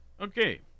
Okay